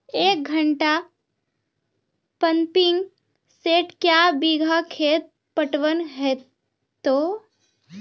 एक घंटा pumping set क्या बीघा खेत पटवन है तो?